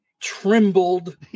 trembled